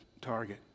target